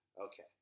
Okay